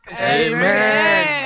amen